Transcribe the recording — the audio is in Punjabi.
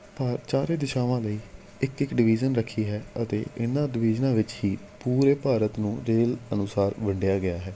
ਭਾ ਚਾਰੇ ਦਿਸ਼ਾਵਾਂ ਲਈ ਇੱਕ ਇਕ ਡਿਵੀਜ਼ਨ ਰੱਖੀ ਹੈ ਅਤੇ ਇਹਨਾਂ ਡਿਵੀਜ਼ਨਾਂ ਵਿੱਚ ਹੀ ਪੂਰੇ ਭਾਰਤ ਨੂੰ ਰੇਲ ਅਨੁਸਾਰ ਵੰਡਿਆ ਗਿਆ ਹੈ